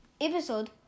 episode